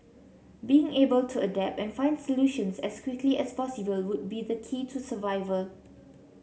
being able to adapt and find solutions as quickly as possible would be the key to survival